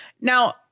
now